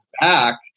back